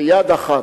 ביד אחת,